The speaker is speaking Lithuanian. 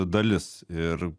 dalis ir